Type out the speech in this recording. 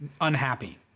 unhappy